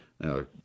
Now